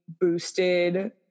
boosted